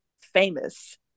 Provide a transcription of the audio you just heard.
famous